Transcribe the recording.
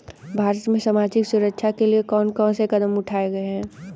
भारत में सामाजिक सुरक्षा के लिए कौन कौन से कदम उठाये हैं?